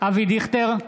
אבי דיכטר,